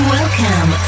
Welcome